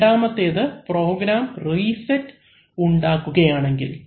രണ്ടാമത്തേത് program reset ഉണ്ടാക്കുകയാണെങ്കിൽ